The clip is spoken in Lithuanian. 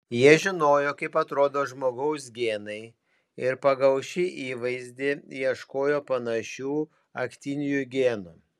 jie žinojo kaip atrodo žmogaus genai ir pagal šį įvaizdį ieškojo panašių aktinijų genų